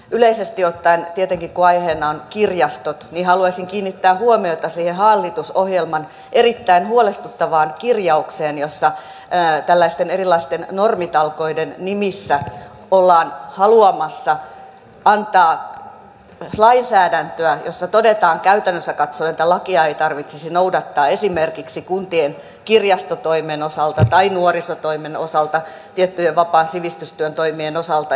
yleisesti ottaen tietenkin kun aiheena ovat kirjastot haluaisin kiinnittää huomiota siihen hallitusohjelman erittäin huolestuttavaan kirjaukseen jossa tällaisten erilaisten normitalkoiden nimissä ollaan haluamassa antaa lainsäädäntöä jossa todetaan käytännössä katsoen että lakia ei tarvitsisi noudattaa esimerkiksi kuntien kirjastotoimen osalta tai nuorisotoimen osalta tiettyjen vapaan sivistystyön toimien osalta